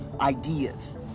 ideas